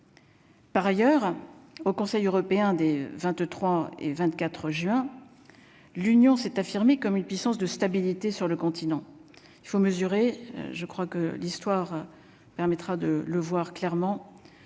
Par ailleurs au Conseil européen des 23 et 24 juin l'Union s'est affirmer comme une puissance de stabilité sur le continent, il faut mesurer, je crois que l'histoire permettra de le voir clairement